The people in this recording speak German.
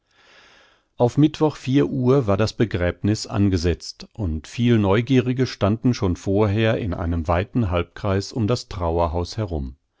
auf mittwoch vier uhr war das begräbniß angesetzt und viel neugierige standen schon vorher in einem weiten halbkreis um das trauerhaus herum